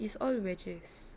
it's all wedges